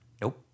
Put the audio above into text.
Nope